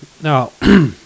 Now